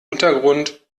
untergrund